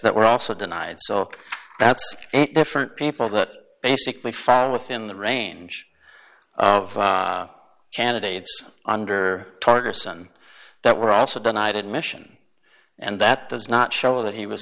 that were also denied so that's different people that basically fall within the range of candidates under tartarus and that were also denied admission and that does not show that he was